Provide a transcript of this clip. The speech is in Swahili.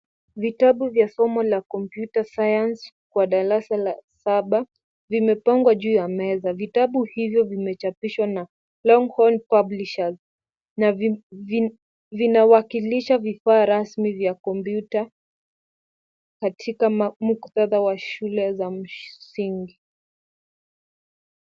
Vitabu vya somo la kompyuta science kwa darasa la saba vimepangwa juu ya meza. Vitabu hivyo vimechapishwa na Longhorn publishers na vinawakilisha vifaa rasmi vya kompyuta katika muktadha wa shule za msingi.